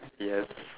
yes